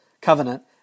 covenant